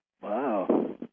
Wow